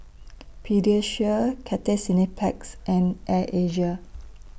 Pediasure Cathay Cineplex and Air Asia